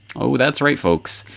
oh, that's right folks,